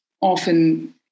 often